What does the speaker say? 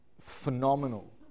phenomenal